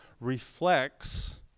reflects